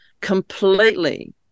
completely